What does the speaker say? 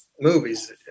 movies